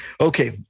Okay